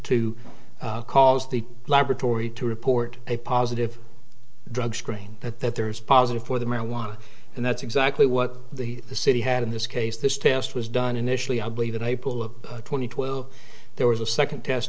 to cause the laboratory to report a positive drug screen that that there is positive for the marijuana and that's exactly what the city had in this case this test was done initially i believe in april of two thousand and twelve there was a second test